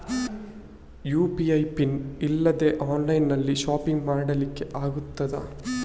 UPI PIN ಇಲ್ದೆ online shopping ಮಾಡ್ಲಿಕ್ಕೆ ಆಗ್ತದಾ?